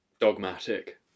dogmatic